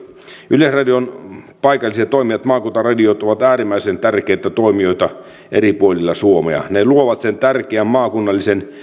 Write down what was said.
yleisradion paikalliset toimijat maakuntaradiot ovat äärimmäisen tärkeitä toimijoita eri puolilla suomea ne luovat sen tärkeän maakunnallisen